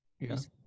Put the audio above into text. Yes